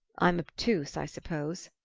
i'm obtuse, i suppose,